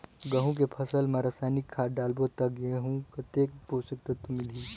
गंहू के फसल मा रसायनिक खाद डालबो ता गंहू कतेक पोषक तत्व मिलही?